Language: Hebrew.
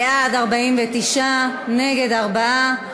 התוצאה: בעד, 49, נגד, 4,